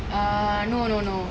err no no no